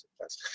yes